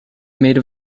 made